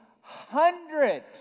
hundred